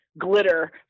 glitter